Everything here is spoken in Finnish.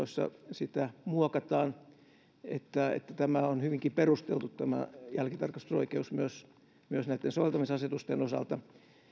sitä muokataan että tämä jälkitarkastusoikeus on hyvinkin perusteltu myös näitten soveltamisasetusten osalta